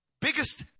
biggest